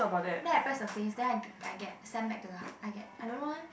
then I press the face then I I get send back to the I get I don't know eh